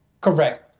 Correct